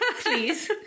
Please